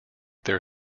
their